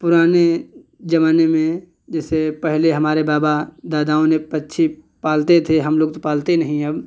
पुराने ज़माने में जैसे पहले हमारे बाबा दादाओं ने पक्षी पालते थे हम लोग तो पालते नहीं अब